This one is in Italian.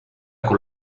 con